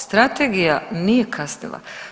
Strategija nije kasnila.